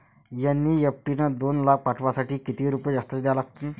NEFT न दोन लाख पाठवासाठी किती रुपये जास्तचे द्या लागन?